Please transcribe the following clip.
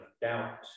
doubt